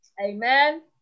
Amen